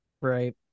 right